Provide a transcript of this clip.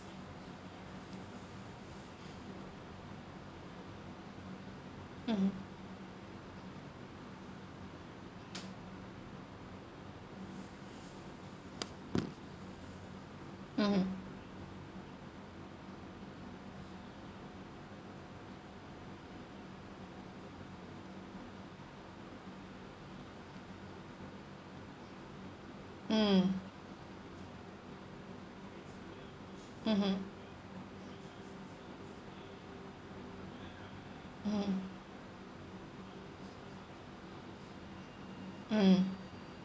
mm mmhmm mm mmhmm mm mm